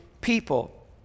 people